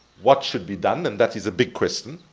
what should be done, and that is a big question,